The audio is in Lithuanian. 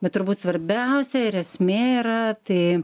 bet turbūt svarbiausia ir esmė yra tai